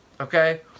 okay